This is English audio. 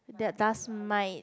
they're dust mite